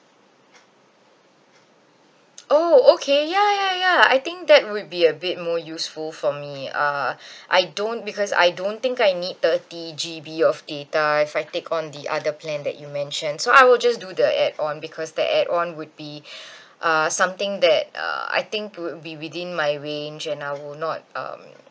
oh okay ya ya ya I think that would be a bit more useful for me uh I don't because I don't think I need thirty G_B of data if I take on the other plan that you mentioned so I will just do the add on because the add on would be uh something that uh I think would be within my range and I will not um